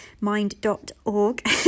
Mind.org